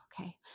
Okay